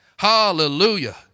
Hallelujah